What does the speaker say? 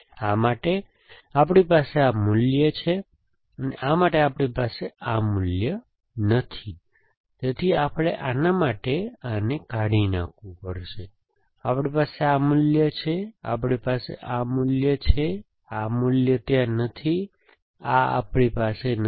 આ માટે આપણી પાસે આ મૂલ્ય છે આ માટે આપણી પાસે આ મૂલ્ય નથી તેથી આપણે આના માટે આને કાઢી નાખવું પડશે આપણી પાસે આ મૂલ્ય છે આપણી પાસે આ મૂલ્ય છેઆ મૂલ્ય ત્યાં નથી આ આપણી પાસે નથી